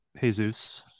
Jesus